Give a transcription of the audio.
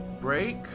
break